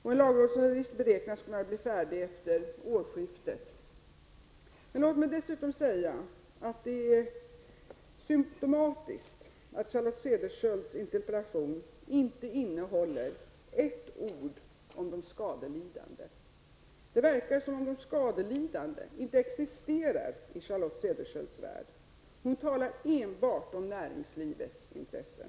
En lagrådsremiss beräknas kunna bli färdig efter årsskiftet. Låt mig dessutom säga att det är symptomatiskt att Charlotte Cederschiölds interpellation inte innehåller ett ord om de skadelidande. Det verkar som om de skadelidade inte existerar i Charlotte Cederschiölds värld. Hon talar enbart om näringslivets intressen.